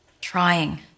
Trying